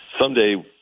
Someday